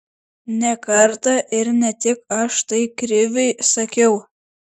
ne kartą ir ne tik aš tai kriviui sakiau